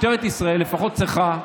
משטרת ישראל לפחות צריכה,